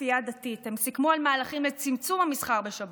כפייה דתית: הם סיכמו על מהלכים לצמצום המסחר בשבת,